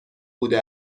بوده